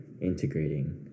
integrating